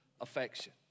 affection